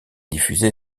diffusée